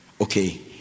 okay